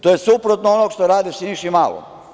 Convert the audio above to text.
To je suprotno onom što rade Siniši Malom.